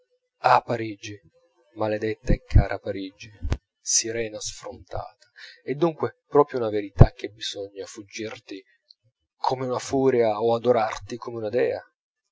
ah parigi maledetta e cara parigi sirena sfrontata è dunque proprio una verità che bisogna fuggirti come una furia o adorarti come una dea